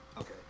Okay